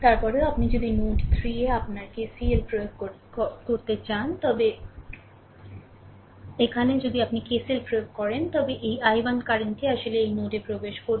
তারপরে আপনি যদি নোড 3 এ আপনার KCL প্রয়োগ করতে চান তবে এখানে যদি আপনি KCL প্রয়োগ করেন তবে এই I1 কারেন্ট টি আসলে এই নোডে প্রবেশ করছে